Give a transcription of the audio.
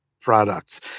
products